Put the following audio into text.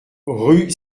rue